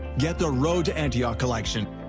get the road to antioch collection,